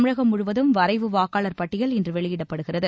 தமிழகம் முழுவதும் வரைவு வாக்காளர் பட்டியல் இன்று வெளியிடப்படுகிறது